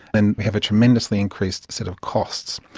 and have a tremendously increased set of costs.